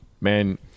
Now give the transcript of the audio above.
Man